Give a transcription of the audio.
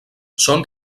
són